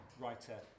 writer